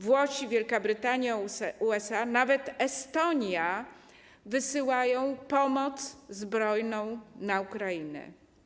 Włosi, Wielka Brytania, USA, nawet Estonia wysyłają pomoc zbrojną na Ukrainę.